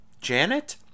Janet